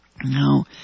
Now